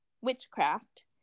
witchcraft